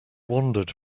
wandered